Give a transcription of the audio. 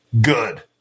good